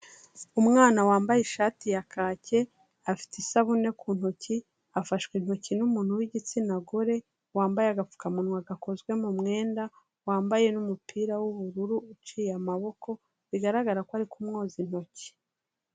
Umwana wambaye ishati ya kake, afite isabune ku ntoki, afashwe intoki n'umuntu w'igitsina gore wambaye agapfukamunwa gakozwe mu mwenda, wambaye n'umupira w'ubururu uciye amaboko, bigaragara ko ari kumwoza intoki.